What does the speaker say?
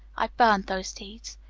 i burned those deeds.